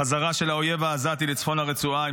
החזרה של האויב העזתי לצפון הרצועה עם